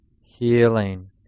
healing